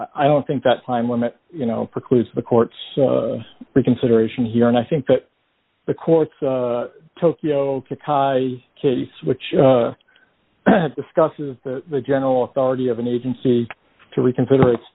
i don't think that time limit you know precludes the court's consideration here and i think that the court's tokyo case which discusses the general authority of an agency to reconsider its